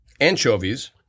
anchovies